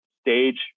stage